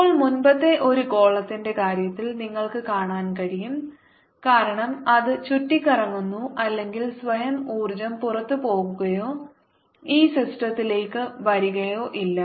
ഇപ്പോൾ മുമ്പത്തെ ഒരു ഗോളത്തിന്റെ കാര്യത്തിൽ നിങ്ങൾക്ക് കാണാൻ കഴിയും കാരണം അത് ചുറ്റിക്കറങ്ങുന്നു അല്ലെങ്കിൽ സ്വയം ഊർജ്ജം പുറത്തുപോകുകയോ ഈ സിസ്റ്റത്തിലേക്ക് വരികയോ ഇല്ല